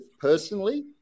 personally